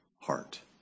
heart